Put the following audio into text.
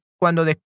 cuando